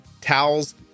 towels